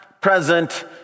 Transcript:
present